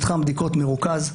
מתחם בדיקות מרוכז,